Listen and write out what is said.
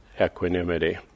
equanimity